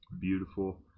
Beautiful